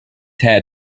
had